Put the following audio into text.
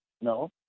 No